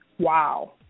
Wow